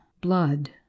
blood